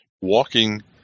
Walking